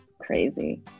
crazy